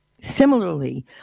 Similarly